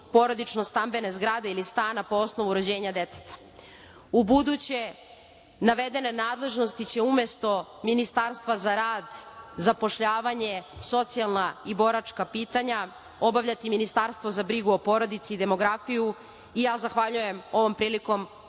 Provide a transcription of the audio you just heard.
porodično stambene zgrade ili stana po osnovu rođenja deteta.U buduće navedene nadležnosti će umesto Ministarstva za rad, zapošljavanje, socijalna i boračka pitanja obavljati Ministarstvo za brigu o porodici, demografiju i zahvaljujem ovom prilikom